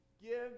give